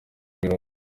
biraba